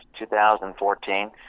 2014